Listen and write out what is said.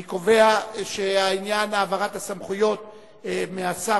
אני קובע שעניין העברת הסמכויות מהשר